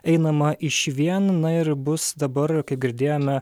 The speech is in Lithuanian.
einama išvien na ir bus dabar kaip girdėjome